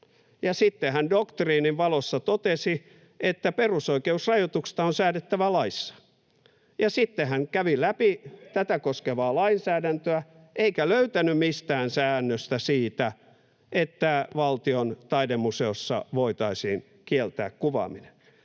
sitten hän doktriinin valossa totesi, että perusoikeusrajoituksista on säädettävä laissa, ja sitten hän kävi läpi tätä koskevaa lainsäädäntöä eikä löytänyt mistään säännöstä siitä, että Valtion taidemuseossa voitaisiin kieltää kuvaaminen.